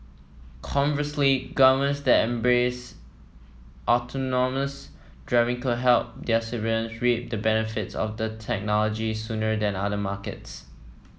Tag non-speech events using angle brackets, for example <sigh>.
conversely governments that embrace autonomous driving could help their civilians reap the benefits of the technology sooner than other markets <noise>